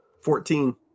fourteen